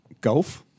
golf